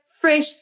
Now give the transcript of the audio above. fresh